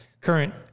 current